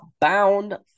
bound